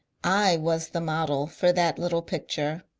i was the model for that little picture.